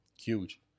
Huge